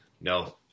no